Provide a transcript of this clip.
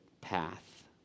path